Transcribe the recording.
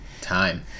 Time